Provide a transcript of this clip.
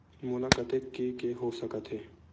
मोला कतेक के के हो सकत हे?